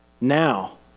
now